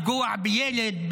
לפגוע בילד,